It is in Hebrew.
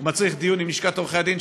הוא מצריך דיון עם לשכת עורכי הדין,